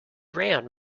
ran